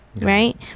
right